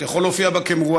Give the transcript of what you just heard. אתה יכול להופיע בה כמרואיין.